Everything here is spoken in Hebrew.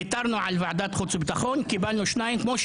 ויתרנו על ועדת חוץ וביטחון וקיבלנו שניים בכספים,